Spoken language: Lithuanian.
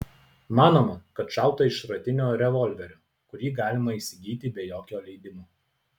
manoma kad šauta iš šratinio revolverio kurį galima įsigyti be jokio leidimo